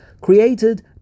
created